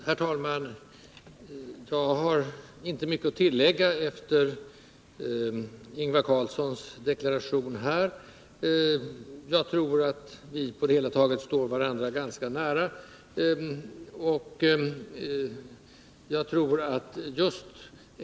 Herr talman! Jag har inte mycket att tillägga efter Ingvar Carlssons deklaration här. Jag tror att vi på det hela taget står varandra ganska nära.